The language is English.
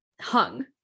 hung